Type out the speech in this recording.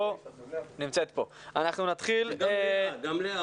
גם לאה